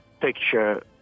picture